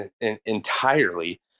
entirely